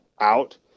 out